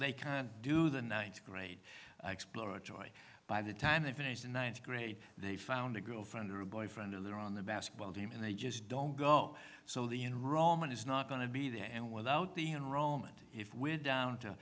they can do the ninth grade exploratory by the time they finish the ninth grade they found a girlfriend or a boyfriend and they're on the basketball team and they just don't go so the in roman is not going to be there and without the enrollment if we're down to